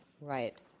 Right